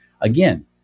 Again